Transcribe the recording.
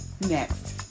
next